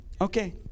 Okay